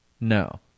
No